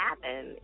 happen